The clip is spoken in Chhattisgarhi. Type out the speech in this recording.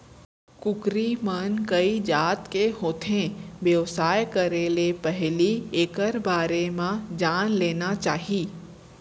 कुकरी मन कइ जात के होथे, बेवसाय करे ले पहिली एकर बारे म जान लेना चाही